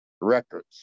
records